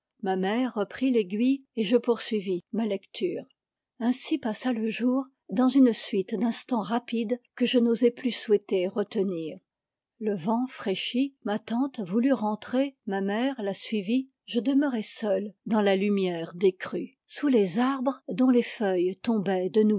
ma mère reprit l'aiguille et je poursuivis